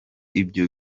ibyo